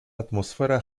atmosfera